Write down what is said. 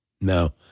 no